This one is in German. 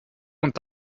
und